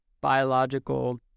biological